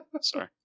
Sorry